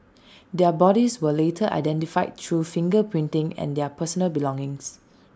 their bodies were later identified through finger printing and their personal belongings